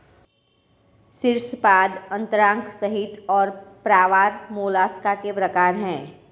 शीर्शपाद अंतरांग संहति और प्रावार मोलस्का के प्रकार है